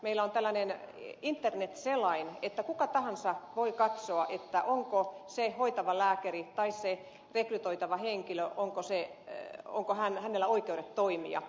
meillä on tällainen internetselain mistä kuka tahansa voi katsoa onko hoitavalla lääkärillä tai se että taitava henkilö on tosin se onko rekrytoitavalla henkilöllä oikeudet toimia